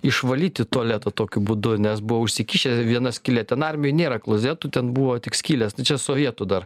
išvalyti tualetą tokiu būdu nes buvo užsikišę viena skylė ten armijoj nėra klozetų ten buvo tik skylės nu čia sovietų dar